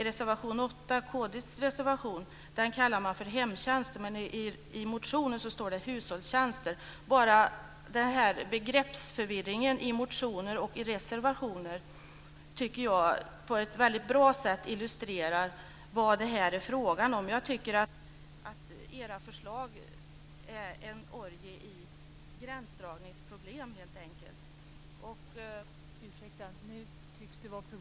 Reservation 8, kd:s reservation, kallar man för Hemtjänster, men i motionen står det Hushållstjänster. Bara den här begreppsförvirringen i motioner och i reservationer tycker jag illustrerar på ett väldigt bra sätt vad det här är frågan om. Jag tycker att era förslag är en orgie i gränsdragningsproblem helt enkelt. Jag avslutar mitt anförande med att yrka bifall till